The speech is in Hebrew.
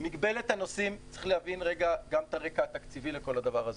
מגבלת הנוסעים צריך להבין גם את הרקע התקציבי לכל הדבר הזה.